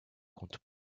contes